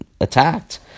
attacked